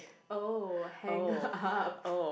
oh hang up